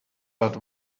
but